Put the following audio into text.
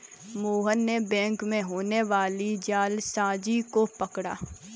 मोहन ने बैंक में होने वाली जालसाजी को पकड़ा